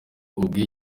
ubwe